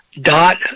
Dot